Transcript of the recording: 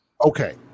Okay